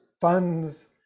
funds